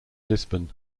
lisbon